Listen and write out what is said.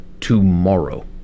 tomorrow